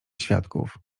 świadków